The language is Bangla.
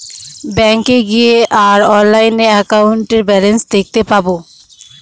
ব্যাঙ্কে গিয়ে আর অনলাইনে একাউন্টের ব্যালান্স দেখতে পাবো